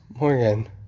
Morgan